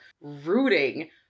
rooting